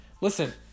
listen